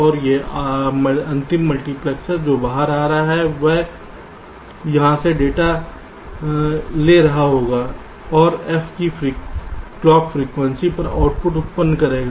और यह अंतिम मल्टीप्लेक्सर जो बाहर जा रहा है वह यहां से डेटा ले रहा होगा और f की क्लॉक फ्रीक्वेंसी पर आउटपुट उत्पन्न करेगा